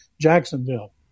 Jacksonville